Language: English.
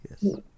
yes